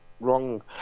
wrong